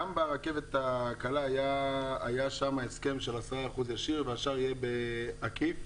גם ברכבת הקלה היה הסכם של 10% ישיר והשאר עקיף,